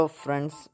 friends